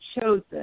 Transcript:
chosen